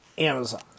Amazon